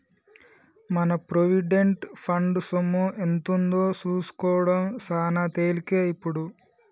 మన provident fund సొమ్ము ఎంతుందో సూసుకోడం సాన తేలికే ఇప్పుడు